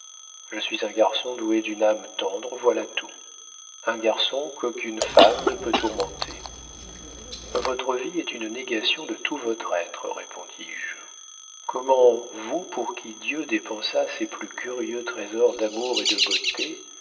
je suis un garçon doué d'une âme tendre voilà tout un garçon qu'aucune femme ne peut tourmenter votre vie est une négation de tout votre être répondis-je comment vous pour qui dieu dépensa ses plus curieux trésors d'amour et de beauté